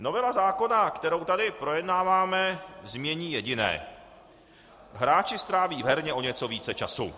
Novela zákona, kterou tady projednáváme, změní jediné: Hráči stráví v herně o něco více času.